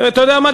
אתה יודע מה?